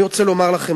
אני רוצה לומר לכם,